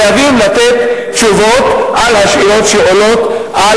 חייבים לתת תשובות על השאלות שעולות על